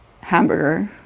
hamburger